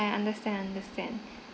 I understand understand